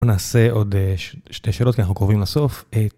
נעשה עוד שתי שאלות כי אנחנו קרובים לסוף.